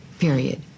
period